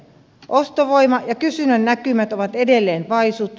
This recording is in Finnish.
ostovoima ja kysynnän näkymät ovat edelleen vaisut